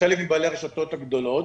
חלק מבעלי הרשתות הגדולות,